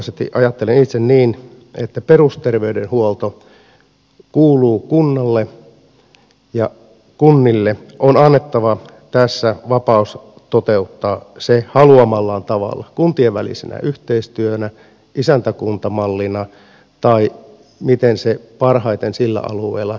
lähtökohtaisesti ajattelen itse niin että perusterveydenhuolto kuuluu kunnalle ja kunnille on annettava tässä vapaus toteuttaa se haluamallaan tavalla kuntien välisenä yhteistyönä isäntäkuntamallina tai miten se parhaiten sillä alueella onkin